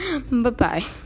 bye-bye